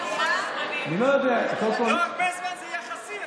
לא הרבה זמן זה יחסי,